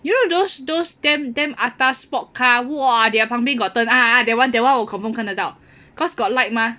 you know those those damn damn atas sport car !wah! their 旁边 got 灯 that one that one 我 confirm 看得到 cause got light 吗